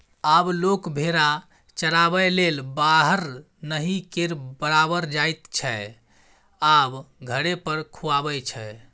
आब लोक भेरा चराबैलेल बाहर नहि केर बराबर जाइत छै आब घरे पर खुआबै छै